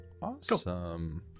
Awesome